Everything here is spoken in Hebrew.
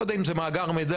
לא יודע אם זה מאגר מידע.